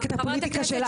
רק את הפוליטיקה שלך, אהה ?